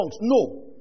No